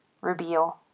reveal